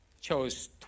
chose